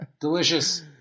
delicious